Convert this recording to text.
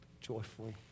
Joyfully